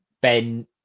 Ben